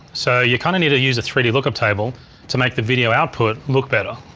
so you kinda need to use a three d lookup table to make the video output look better.